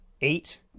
eight